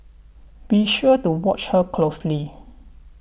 be sure to watch her closely